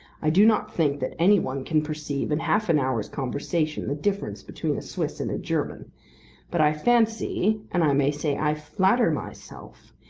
i do not think that any one can perceive in half an hour's conversation the difference between a swiss and a german but i fancy, and i may say i flatter myself,